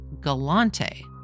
Galante